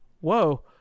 Whoa